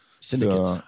Syndicates